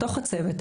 בתוך הצוות,